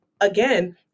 again